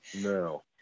No